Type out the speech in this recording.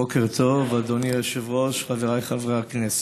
בוקר טוב, אדוני היושב-ראש, חבריי חברי הכנסת,